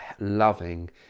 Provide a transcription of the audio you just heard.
loving